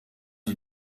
die